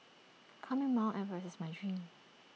climbing mount Everest is my dream